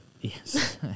Yes